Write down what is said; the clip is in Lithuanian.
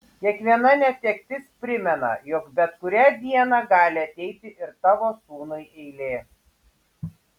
kiekviena netektis primena jog bet kurią dieną gali ateiti ir tavo sūnui eilė